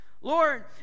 Lord